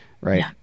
Right